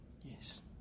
Yes